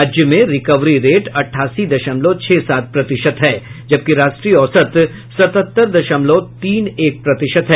राज्य में recovery rate अट्ठासी दशमलव छह सात प्रतिशत है जबकि राष्ट्रीय औसत सतहत्तर दशमलव तीन एक प्रतिशत है